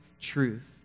truth